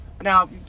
now